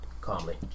calmly